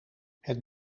het